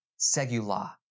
Segula